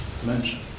dimension